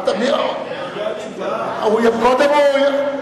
אחרי התשובה,